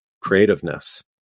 creativeness